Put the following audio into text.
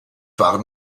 waren